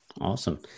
Awesome